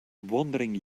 wandering